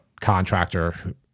contractor